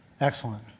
Excellent